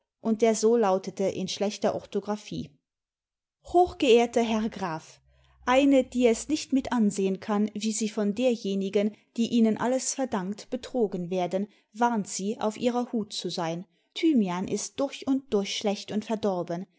und der so lautete in schlechter orthographie hochgeehrter herr graft eine die es nicht mit ansehen kann wie sie von derjenigen die ihnen alles verdankt betrogen werden warnt sie auf ihrer hut zu sein thymian ist durch und durch schlecht imd verdorben